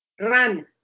run